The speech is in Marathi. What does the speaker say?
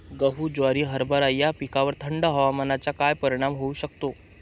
गहू, ज्वारी, हरभरा या पिकांवर थंड हवामानाचा काय परिणाम होऊ शकतो?